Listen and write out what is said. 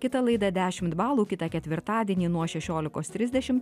kita laida dešimt balų kitą ketvirtadienį nuo šešiolikos trisdešimt